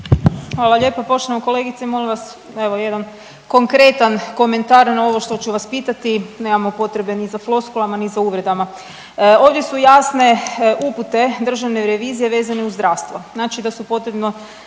Hvala lijepa, poštovana kolegice molim vas evo, jedan konkretan komentar na ovo što su vas pitati. Nemamo potrebe ni za floskulama ni za uvredama. Ovdje su jasne upute državne revizije vezane uz zdravstvo, znači da su potrebno,